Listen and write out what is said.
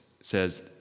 says